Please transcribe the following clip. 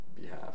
behalf